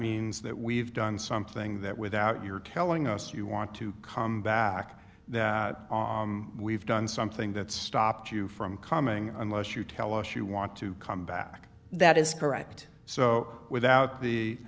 means that we've done something that without your telling us you want to come back we've done something that stopped you from coming unless you tell us you want to come back that is correct so without